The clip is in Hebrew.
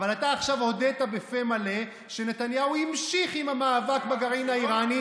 אבל אתה עכשיו הודית בפה מלא שנתניהו המשיך עם המאבק בגרעין האיראני,